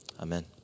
Amen